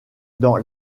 dans